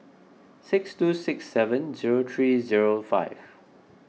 six two six seven zero three zero five